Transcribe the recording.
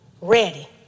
ready